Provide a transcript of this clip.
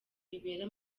bibera